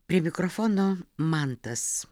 prie mikrofono mantas